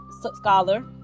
Scholar